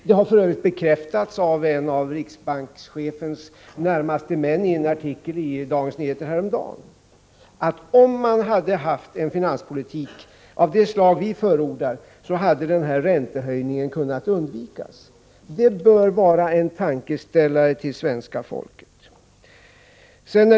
Det har för övrigt bekräftats av en av riksbankschefens närmaste män i en artikel i Dagens Nyheter häromdagen att om man hade haft en finanspolitik av det slag som vi förordar hade den här räntehöjningen kunnat undvikas. Det bör vara en tankeställare för svenska folket.